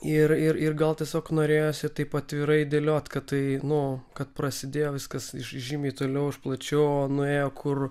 ir ir ir gal tiesiog norėjosi taip atvirai dėliot kad tai nu kad prasidėjo viskas žy žymiai toliau ir plačiau o nuėjo kur